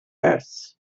earth